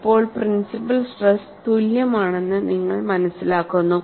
ഇപ്പോൾ principal stress തുല്യമാണെന്ന് നിങ്ങൾ മനസ്സിലാക്കുന്നു